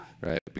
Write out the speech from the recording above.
Right